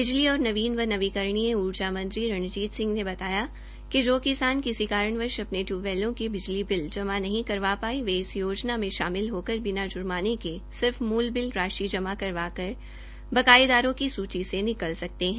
बिजली और नवीन व नवीनकरणीय ऊर्जा मंत्री रंजीत सिंह ने बताया कि जो किसान किसी कारणवंश अपने टयूबवैलो के बिजली बिल जमा नहीं करवा पाये वे इस योजना मे शामिल होकर बिना जुर्माने के सिर्फ मूल बिल राशि जमा करवाकर बकायेदारों की सूची से निकल सकते है